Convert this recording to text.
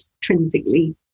intrinsically